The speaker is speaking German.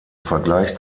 vergleich